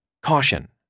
caution